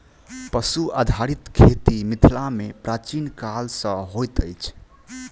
पशु आधारित खेती मिथिला मे प्राचीन काल सॅ होइत अछि